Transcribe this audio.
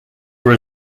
were